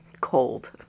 cold